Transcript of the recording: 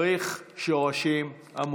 צריך שורשים עמוקים.